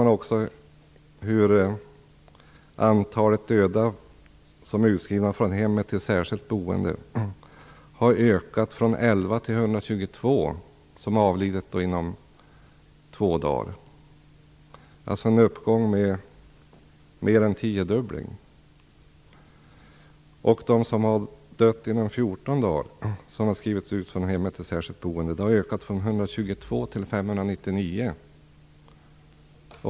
Man ser också att antalet personer som har avlidit inom två dagar efter flyttning från hemmet till särskilt boende har ökat från 11 till 122. Det är alltså en tiofaldig ökning. Antalet personer som har dött inom 14 dagar efter att de har flyttats från hemmet till särskilt boende har ökat från 122 till 599.